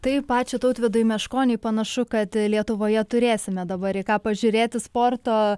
taip ačiū tautvydui meškoniui panašu kad lietuvoje turėsime dabar į ką pažiūrėti sporto